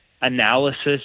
analysis